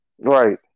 right